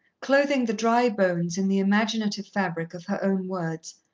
clothing the dry bones in the imaginative fabric of her own words,